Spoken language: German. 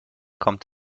kommt